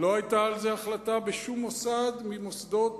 לא היתה על זה החלטה בשום מוסד ממוסדות